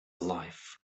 alive